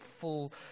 full